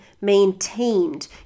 maintained